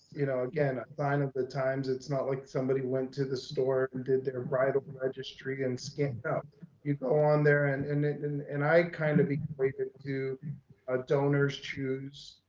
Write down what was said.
you know, again, i find that the times it's not like somebody went to the store and did their bridal registry and skin up, you'd go on there. and and and and i kind of it it to a donor's choose,